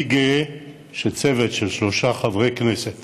אני גאה שצוות של שלושה חברי כנסת